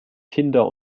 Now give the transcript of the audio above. kinder